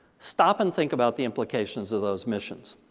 stop and think about the implications of those missions.